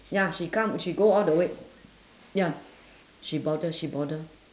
ya she come she go all the way ya she bother she bother